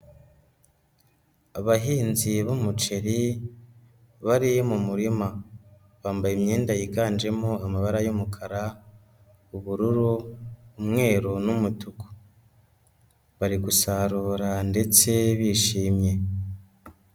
Abahinzi b'umuceri bari mu murima, bambaye imyenda yiganjemo amabara y'umukara, ubururu, umweru n'umutuku, bari gusarura ndetse bishimye.